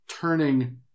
turning